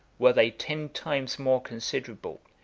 were they ten times more considerable,